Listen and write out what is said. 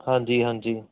ਹਾਂਜੀ ਹਾਂਜੀ